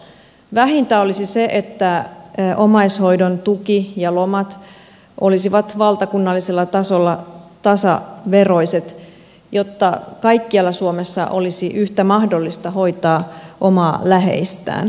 vähintä olisi se että omaishoidon tuki ja lomat olisivat valtakunnallisella tasolla tasaveroiset jotta kaikkialla suomessa olisi yhtä mahdollista hoitaa omaa läheistään